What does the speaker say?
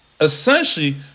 essentially